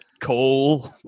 coal